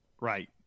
Right